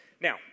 now